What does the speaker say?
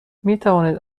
میتوانید